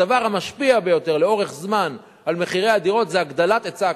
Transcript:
הדבר המשפיע ביותר לאורך זמן על מחירי הדירות הוא הגדלת היצע הקרקעות.